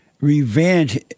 Revenge